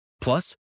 Plus